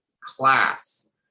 class